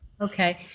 Okay